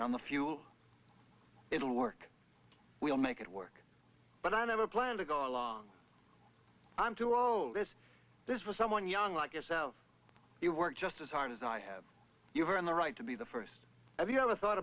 on the fuel it'll work we'll make it work but i never planned to go along i'm too old is this for someone young like yourself you work just as hard as i have you are in the right to be the first have you ever thought